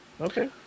Okay